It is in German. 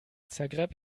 zagreb